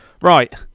right